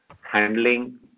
handling